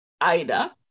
Ida